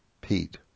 Pete